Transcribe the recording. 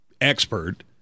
expert